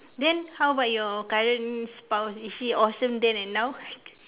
then how about your current spouse is she awesome then and now